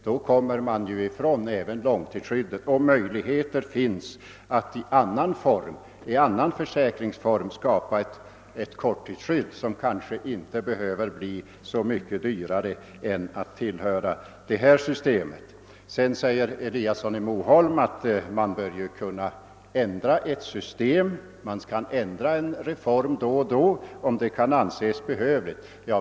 Då kommer de även ifrån långtidsskyddet och möjligheter finns att i annan försäkringsform skapa ett korttidsskydd, som kanske inte behöver bli så mycket dyrare än det blir att tillhöra detta system. Herr Eliasson i Moholm säger att man bör kunna ändra en reform då och då om det kan anses behövligt.